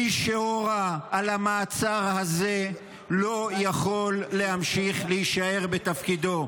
מי שהורה על המעצר הזה לא יכול להמשיך להישאר בתפקידו,